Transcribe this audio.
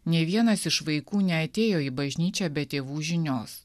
nė vienas iš vaikų neatėjo į bažnyčią be tėvų žinios